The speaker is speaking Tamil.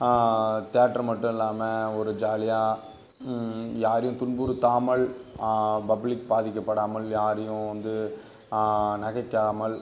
தேட்ரு மட்டும் இல்லாமல் ஒரு ஜாலியாக யாரையும் துன்புறுத்தாமல் பப்ளிக் பாதிக்கப்படாமல் யாரையும் வந்து நகைக்காமல்